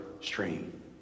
stream